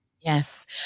Yes